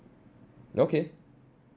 okay